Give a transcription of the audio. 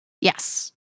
Yes